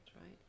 right